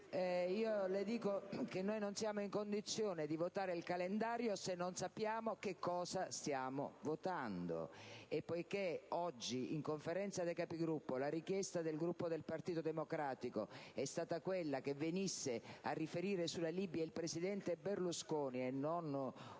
Le dico che noi non siamo in condizione di votare il calendario se non sappiamo che cosa stiamo votando. Poiché oggi in Conferenza dei Capigruppo la richiesta del Gruppo del Partito Democratico è stata che venisse a riferire sulla Libia il presidente Berlusconi e non uno